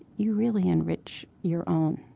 you really enrich your own.